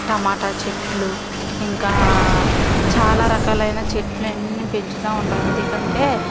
టమాటా చెట్లు ఇంకా చాలా రకాలైన చెట్లన్నీ పెంచుతూ ఉంటాను ఎందుకంటే